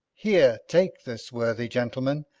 here take this worthy gentleman,